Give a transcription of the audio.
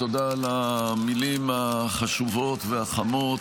תודה על המילים החשובות והחמות.